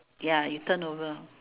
ya you turn over